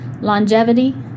longevity